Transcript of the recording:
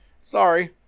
Sorry